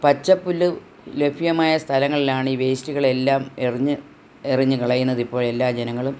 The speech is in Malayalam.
പച്ചപ്പുല്ല് ലഭ്യമായ സ്ഥലങ്ങളിലാണ് ഈ വേസ്റ്റുകൾ എല്ലാം എറിഞ്ഞ് എറിഞ്ഞ് കളയുന്നതിപ്പോൾ എല്ലാ ജനങ്ങളും